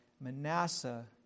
Manasseh